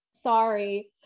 Sorry